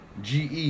GE